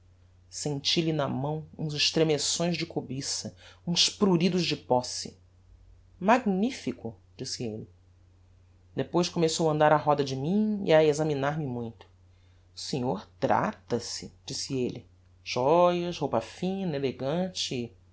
senti lhe na mão uns estremeções de cobiça uns pruridos de posse magnifico disse elle depois começou a andar á roda de mim e a examinar me muito o senhor trata-se disse elle joias roupa fina elegante